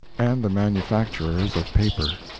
and the manufacturers of paper.